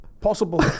Possible